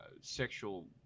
sexual